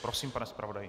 Prosím, pane zpravodaji.